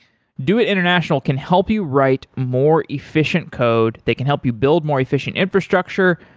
doit international can help you write more efficient code, they can help you build more efficient infrastructure,